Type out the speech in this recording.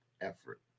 effort